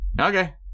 Okay